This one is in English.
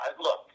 look